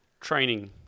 training